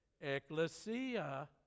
Ecclesia